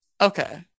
Okay